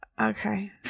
Okay